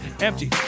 empty